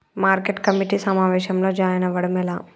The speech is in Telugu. మార్కెట్ కమిటీ సమావేశంలో జాయిన్ అవ్వడం ఎలా?